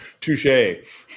Touche